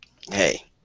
hey